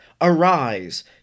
Arise